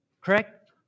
Correct